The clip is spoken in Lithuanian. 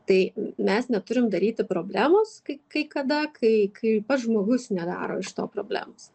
tai mes neturim daryti problemos kai kai kada kai kai pats žmogus nedaro iš to problemos